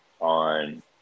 on –